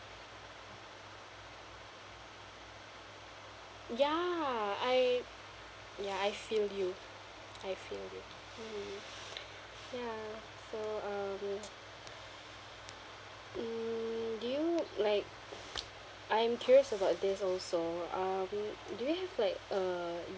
ya I ya I feel you I feel you mm ya so um mm do you like I'm curious about this also um do you have like a